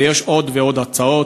ויש עוד ועוד הצעות.